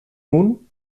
nun